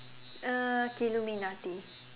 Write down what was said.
uh Illuminati